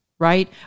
Right